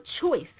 choice